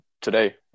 today